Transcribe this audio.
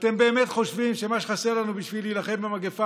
אתם באמת חושבים שמה שחסר לנו בשביל להילחם במגפה